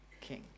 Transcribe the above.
king